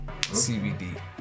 CBD